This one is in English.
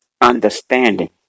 Understanding